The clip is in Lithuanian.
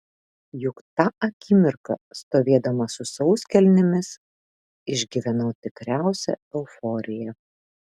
juk tą akimirką stovėdama su sauskelnėmis išgyvenau tikriausią euforiją